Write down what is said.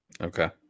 Okay